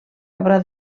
obra